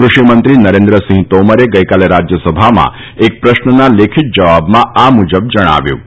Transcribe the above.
કૃષિમંત્રી નરેન્દ્રસિંહ તોમરે ગઈકાલે રાજ્યસભામાં એક પ્રશ્નના લેખિત જવાબમાં આ મુજબ જણાવ્યું હતું